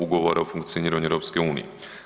Ugovora o funkcioniranju EU-a.